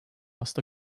must